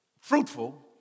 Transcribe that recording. fruitful